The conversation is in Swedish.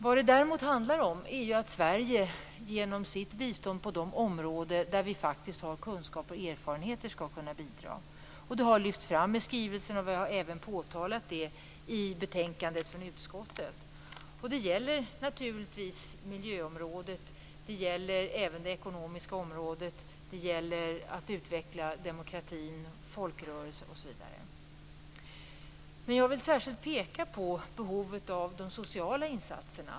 Vad det däremot handlar om är att Sverige genom sitt bistånd skall kunna bidra på de områden där vi faktiskt har kunskaper och erfarenheter. Detta har lyfts fram i skrivelsen, och vi har även påpekat det i utskottets betänkande. Detta är naturligtvis tillämpligt på miljöområdet, på det ekonomiska området och när det gäller att utveckla demokratin, folkrörelser osv. Jag vill särskilt peka på behovet av sociala insatser.